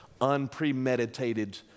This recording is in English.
unpremeditated